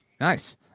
Nice